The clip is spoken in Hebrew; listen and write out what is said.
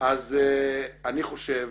אז אני חושב,